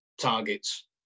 targets